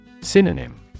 Synonym